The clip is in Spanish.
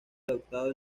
adaptado